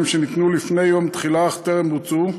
שניתנו לפני יום התחילה אך טרם בוצעו,